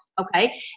Okay